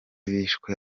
bishwe